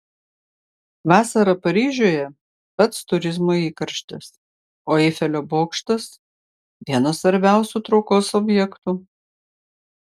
vasarą paryžiuje pats turizmo įkarštis o eifelio bokštas vienas svarbiausių traukos objektų